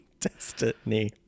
destiny